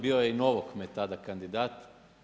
Bio je i Novokmet tada kandidat.